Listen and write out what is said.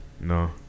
No